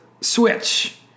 Switch